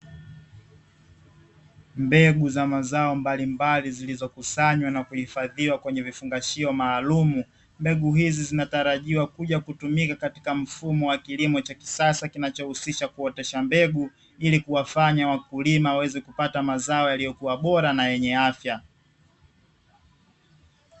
Mbegu za mazao mbalimbali zilizokusanywa na kuifadhiwa kwenye kifungashio maalumu. Mbegu hizi zinatarajiwa kuja kutumika katika mfumo wa kilimo cha kisasa kinachohusisha kuotesha mbegu ili kuwafanya wakulima waweze kupata mazao yaliyokua bora na yenye afya.